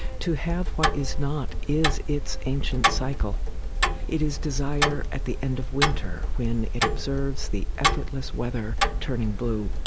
to have what is not is its ancient cycle it is desire at the end of winter, when it observes the effortless weather turning blue,